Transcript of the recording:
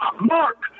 Mark